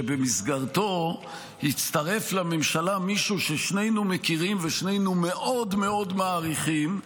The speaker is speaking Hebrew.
שבמסגרתו הצטרף לממשלה מישהו ששנינו מכירים ושנינו מאוד מאוד מעריכים,